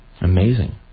Amazing